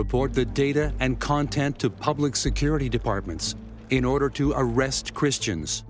report the data and content to public security departments in order to arrest christians